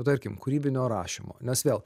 tarkim kūrybinio rašymo nes vėl